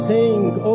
Sing